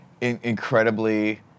incredibly